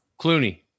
Clooney